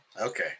Okay